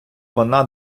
вона